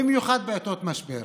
במיוחד בעיתות משבר.